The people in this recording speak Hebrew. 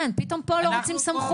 כן, פתאום פה לא רוצים סמכות.